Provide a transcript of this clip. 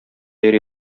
йөри